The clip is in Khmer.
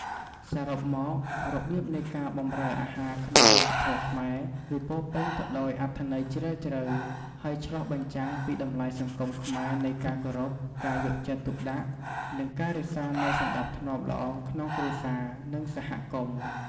សរុបមក របៀបនៃការបម្រើអាហារក្នុងវប្បធម៌ខ្មែរគឺពោរពេញទៅដោយអត្ថន័យជ្រាលជ្រៅ ហើយឆ្លុះបញ្ចាំងពីតម្លៃសង្គមខ្មែរនៃការគោរព ការយកចិត្តទុកដាក់ និងការរក្សានូវសណ្តាប់ធ្នាប់ល្អក្នុងគ្រួសារ និងសហគមន៍។